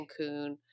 Cancun